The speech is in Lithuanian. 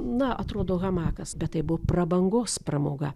na atrodo hamakas bet tai buvo prabangos pramoga